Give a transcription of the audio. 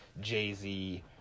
Jay-Z